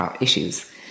issues